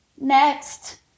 next